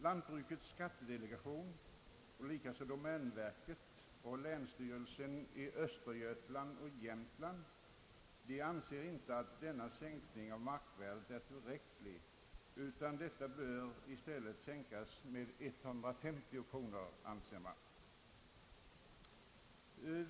Lantbrukets skattedelegation, domänverket och länsstyrelserna i Östergötlands län och Jämtlands län anser inte att denna sänkning av markvärdet är tillräcklig utan att detta bör sänkas med 150 kronor per hektar.